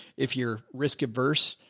if you're risk averse,